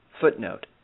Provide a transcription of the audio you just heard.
Footnote